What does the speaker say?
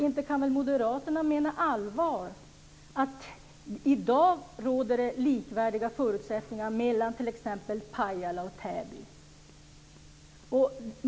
Inte kan väl moderaterna på allvar mena att det i dag råder likvärdiga förutsättningar mellan t.ex. Pajala och Täby?